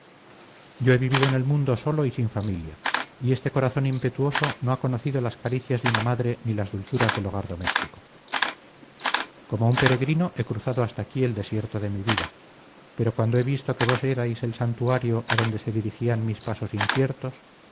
yo he vivido en el mundo solo y sin familia y este corazón impetuoso no ha conocido las caricias de una madre ni las dulzuras del hogar doméstico como un peregrino he cruzado hasta aquí el desierto de mi vida pero cuando he visto que vos erais el santuario adonde se dirigían mis pasos inciertos